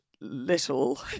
little